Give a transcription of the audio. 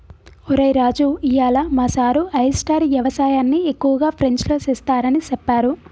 ఒరై రాజు ఇయ్యాల మా సారు ఆయిస్టార్ యవసాయన్ని ఎక్కువగా ఫ్రెంచ్లో సెస్తారని సెప్పారు